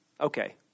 Okay